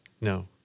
No